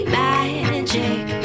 magic